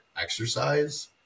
exercise